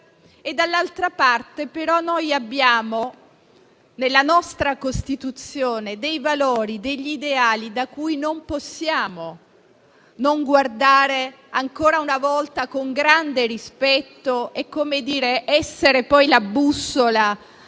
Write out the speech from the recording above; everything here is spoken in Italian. dall'altra parte, abbiamo nella nostra Costituzione dei valori e degli ideali a cui non possiamo non guardare ancora una volta con grande rispetto, perché siano la bussola